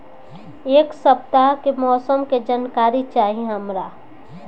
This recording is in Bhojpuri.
एक सपताह के मौसम के जनाकरी चाही हमरा